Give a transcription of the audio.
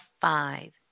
five